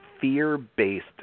fear-based